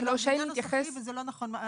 זה לא דיון נוסחי וזה לא נכון,